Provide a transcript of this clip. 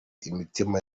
imitima